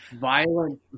violent